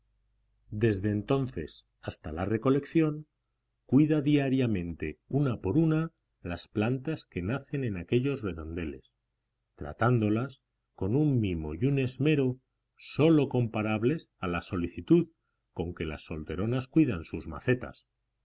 desde entonces hasta la recolección cuida diariamente una por una las plantas que nacen en aquellos redondeles tratándolas con un mimo y un esmero sólo comparables a la solicitud con que las solteronas cuidan sus macetas